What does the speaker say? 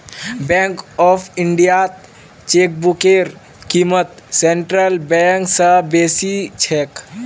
bank of इंडियात चेकबुकेर क़ीमत सेंट्रल बैंक स बेसी छेक